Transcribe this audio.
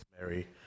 Mary